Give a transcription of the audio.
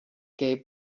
gave